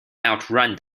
outrun